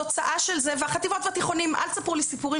אל תספרו לי סיפורים,